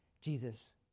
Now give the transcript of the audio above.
Jesus